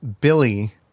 Billy